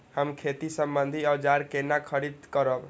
हम खेती सम्बन्धी औजार केना खरीद करब?